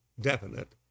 definite